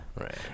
Right